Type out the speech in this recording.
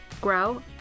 grow